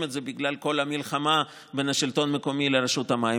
את זה בגלל כל המלחמה בין השלטון המקומי לרשות המים.